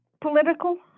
political